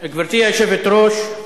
גברתי היושבת-ראש,